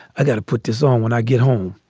i got to put this on when i get home.